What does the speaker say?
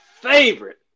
favorite